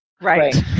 Right